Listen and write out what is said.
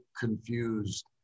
confused